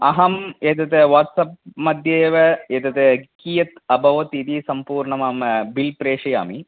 अहम् एतत् वाट्सप् मध्ये एव एतत् कियत् अभवत् इति सम्पूर्णमहं बिल् प्रेषयामि